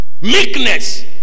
Meekness